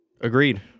agreed